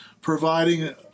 providing